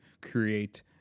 create